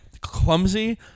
clumsy